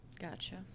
Gotcha